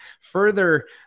further